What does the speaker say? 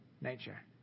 nature